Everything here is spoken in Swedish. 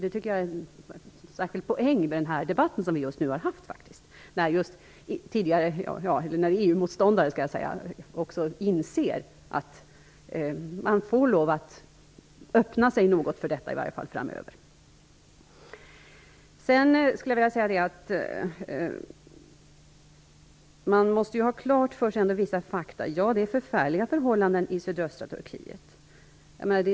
En poäng med denna debatt är faktiskt att också EU-motståndare inser att man får lov att öppna sig något för detta framöver. Sedan skulle jag vilja säga att man ändå måste ha vissa fakta klara för sig. Ja, det råder förfärliga förhållanden i sydöstra Turkiet.